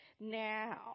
Now